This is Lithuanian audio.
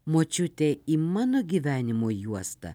močiutė į mano gyvenimo juostą